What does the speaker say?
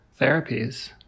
therapies